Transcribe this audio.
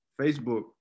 Facebook